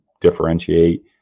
differentiate